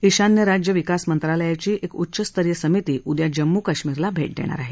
ईशान्य राज्य विकास मंत्रालयाची एक उच्च स्तरीय समिती उद्या जम्मू काश्मीरला भेट देणार आहे